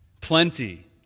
Plenty